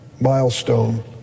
milestone